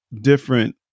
different